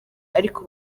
ariko